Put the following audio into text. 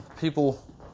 People